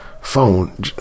phone